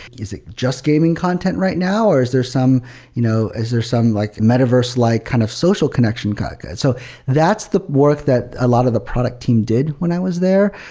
is it just gaming content right now, or is there some you know metaverse there some like metaverse like kind of social connection? kind of so that's the work that a lot of the product team did when i was there.